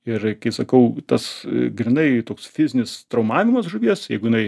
ir kai sakau tas grynai toks fizinis traumavimas žuvies jeigu jinai